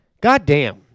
goddamn